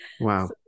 Wow